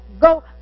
go